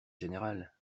général